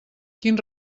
quin